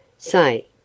Say